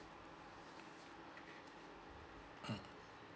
mm